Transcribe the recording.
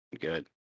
good